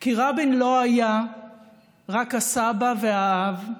כי רבין לא היה רק הסבא והאב,